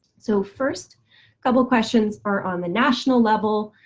so first couple questions are on the national level.